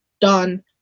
done